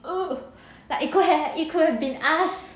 oh but it could have it could have been us